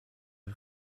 est